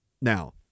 now